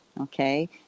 okay